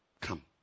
come